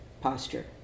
posture